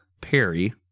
Perry